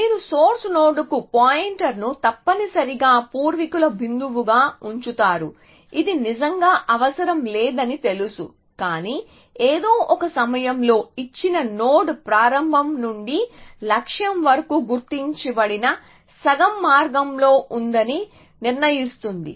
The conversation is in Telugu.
మీరు సోర్స్ నోడ్కు పాయింటర్ను తప్పనిసరిగా పూర్వీకుల బిందువుగా ఉంచుతారు ఇది నిజంగా అవసరం లేదని తెలుసు కానీ ఏదో ఒక సమయంలో ఇచ్చిన నోడ్ ప్రారంభం నుండి లక్ష్యం వరకు గుర్తించబడిన సగం మార్గంలో ఉందని నిర్ణయిస్తుంది